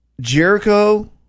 Jericho